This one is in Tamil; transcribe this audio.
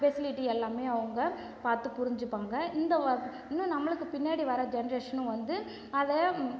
ஃபெசிலிட்டி எல்லாமே அவங்க பார்த்து புரிஞ்சிப்பாங்க இந்த இன்னும் நம்மளுக்கு பின்னாடி வர ஜென்ரேஷனும் வந்து அதை ம்ம்